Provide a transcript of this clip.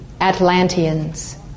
Atlanteans